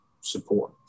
support